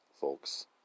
folks